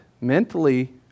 mentally